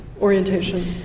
orientation